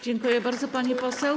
Dziękuję bardzo, pani poseł.